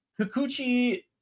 Kikuchi